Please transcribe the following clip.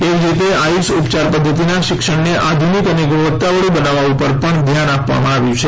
એવી જ રીતે આયુષ ઉપયાર પધ્ધતિનાં શિક્ષણને આધુનિક અને ગુણવત્તાવાળું બનાવવા ઉપર પણ ધ્યાન આપવામાં આવ્યુ છે